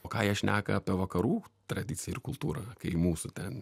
o ką jie šneka apie vakarų tradiciją ir kultūrą kai mūsų ten